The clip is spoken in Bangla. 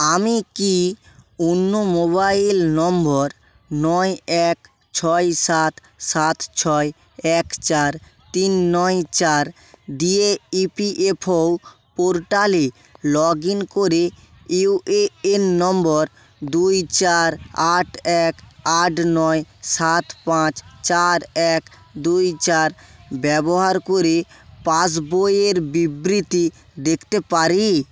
আমি কি অন্য মোবাইল নম্বর নয় এক ছয় সাত সাত ছয় এক চার তিন নয় চার দিয়ে ইপিএফও পোর্টালে লগ ইন করে ইউএএন নম্বর দুই চার আট এক আট নয় সাত পাঁচ চার এক দুই চার ব্যবহার করে পাসবইয়ের বিবৃতি দেখতে পারি